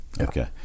Okay